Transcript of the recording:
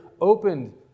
opened